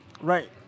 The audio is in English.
Right